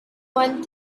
one